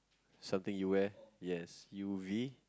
something you wear yes U V